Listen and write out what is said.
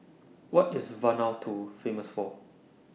What IS Vanuatu Famous For